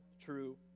true